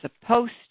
supposed